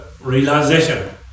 realization